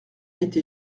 été